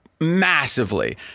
Massively